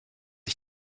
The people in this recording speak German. ich